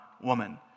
woman